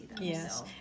Yes